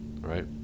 right